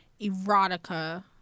erotica